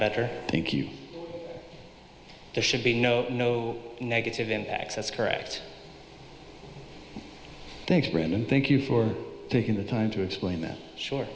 better i think you should be no no negative impacts that's correct thanks brian and thank you for taking the time to explain that short